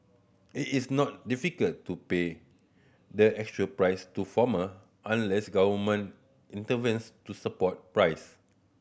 it is not difficult to pay the assured price to farmer unless government intervenes to support price